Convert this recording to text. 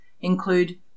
include